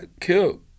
killed